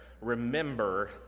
Remember